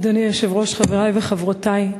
אדוני היושב-ראש, חברי וחברותי,